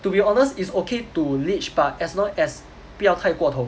to be honest it's okay to leech but as long as 不要太过头